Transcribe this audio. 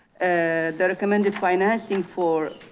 and the recommended financing for.